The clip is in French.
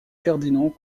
ferdinand